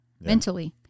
mentally